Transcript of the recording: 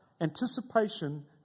Anticipation